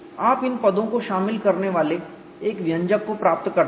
आप इन पदों को शामिल करने वाले एक व्यंजक को प्राप्त करते हैं